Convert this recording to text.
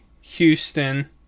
Houston